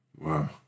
Wow